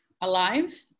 alive